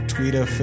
Twitter